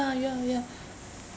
ya ya ya